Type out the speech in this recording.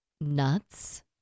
nuts